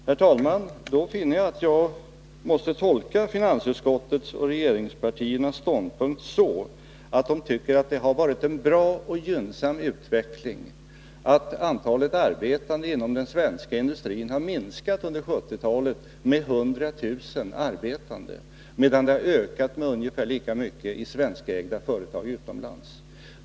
Herr talman! Nu finner jag att jag måste tolka finansutskottets och regeringspartiernas ståndpunkt så, att de tycker att det har varit en bra och gynnsam utveckling att antalet arbetande inom den svenska industrin har minskat med 100 000 arbetande under 1970-talet, medan antalet har ökat ungefär lika mycket i svenskägda företag utomlands.